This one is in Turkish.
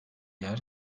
yer